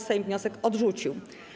Sejm wniosek odrzucił.